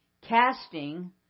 Casting